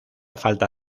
falta